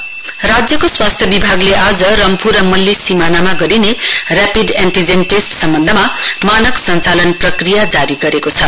RAT सोप राज्यको स्वास्थ्य विभागलो आज रम्फू र मल्ली सीमानामा गरिने रेपिड एनटीजेन टेस्ट सम्बन्धमा मानक सञ्चालन प्रक्रिया जारी गरेको छ